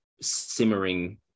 simmering